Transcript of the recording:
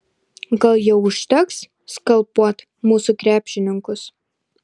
gal jau užteks skalpuot mūsų krepšininkus